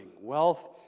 wealth